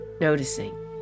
noticing